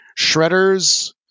Shredders